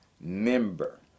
member